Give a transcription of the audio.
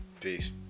Peace